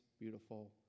beautiful